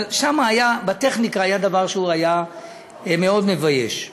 אבל שם בטכניקה היה דבר שהיה מאוד מבייש.